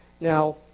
Now